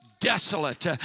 desolate